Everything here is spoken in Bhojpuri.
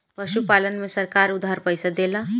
पशुपालन में सरकार उधार पइसा देला?